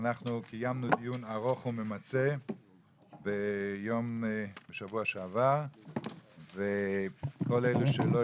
אנחנו קיימנו דיון ארוך וממצה בשבוע שעבר וכל אלה שלא